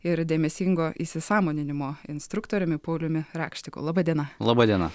ir dėmesingo įsisąmoninimo instruktoriumi pauliumi rakštiku laba diena